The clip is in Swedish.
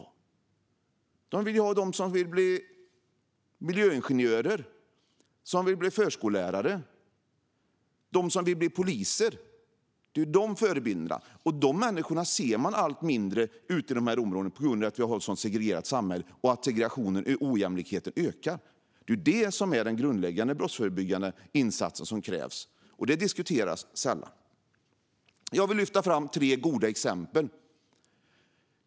De behöver ha förebilder som vill bli miljöingenjörer, förskollärare och poliser. Det är sådana förebilder det handlar om. Sådana personer ser man allt mindre av ute i dessa områden på grund av att samhället är så segregerat och att segregationen och ojämlikheten ökar. Detta vore annars den grundläggande brottsförebyggande insatsen, vilket sällan diskuteras. Jag vill lyfta fram tre goda exempel.